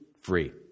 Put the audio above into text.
free